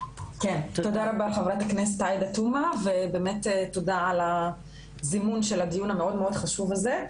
תודה חברת הכנסת עאידה תומא ותודה על הזימון של הדיון המאוד חשוב הזה.